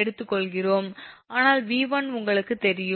எடுத்துக்கொள்கிறோம் அதனால் 𝑉1 உங்களுக்குத் தெரியும்